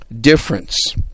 difference